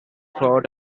fought